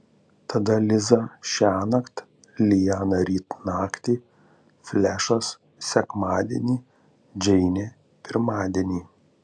tada liza šiąnakt liana ryt naktį flešas sekmadienį džeinė pirmadienį